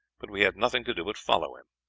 but we had nothing to do but follow him.